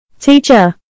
Teacher